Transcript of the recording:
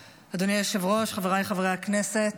היושב-ראש, חבריי חברי הכנסת,